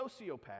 sociopath